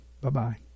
Bye-bye